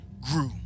grew